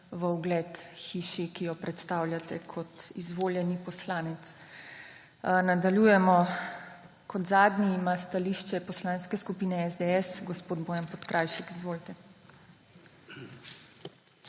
v ugled hiši, ki jo predstavljate kot izvoljeni poslanec. Nadaljujemo. Kot zadnji ima stališče Poslanske skupine SDS gospod Bojan Podkrajšek. Izvolite.